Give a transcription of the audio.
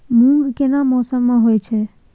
मूंग केना मौसम में होय छै?